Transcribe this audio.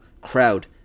crowd